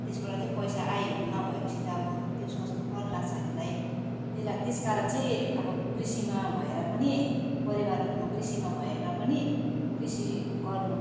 अन्त त्यसबाट चाहिँ पैसा आय हुन नभए पछि त अब त्यो सोच्नु कर लाग्छ हामीलाई त्यलाई त्यस कारण चाहिँ अब कृषिमा भएर पनि परिवारहरूमा कृषिमा भएर पनि कृषि गर्नु